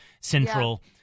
central-